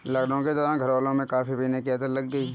lockdown के दौरान घरवालों को कॉफी पीने की आदत लग गई